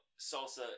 salsa